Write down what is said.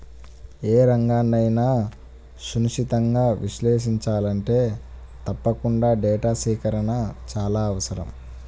ఏ రంగన్నైనా సునిశితంగా విశ్లేషించాలంటే తప్పకుండా డేటా సేకరణ చాలా అవసరం